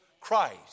Christ